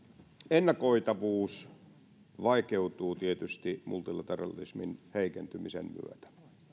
ennakoitavuus vaikeutuu tietysti multilateralismin heikentymisen myötä